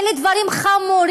אלה דברים חמורים,